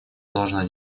должна